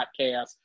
podcast